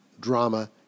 drama